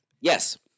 Yes